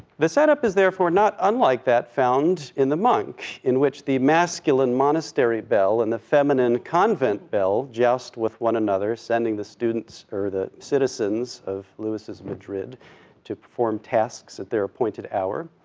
the setup is therefore not unlike that found in the monk, in which the masculine monastery bell and the feminine convent bell joust with one another, sending the students, or the citizens of lewis' madrid to perform tasks at their appointed hour.